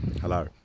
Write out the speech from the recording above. Hello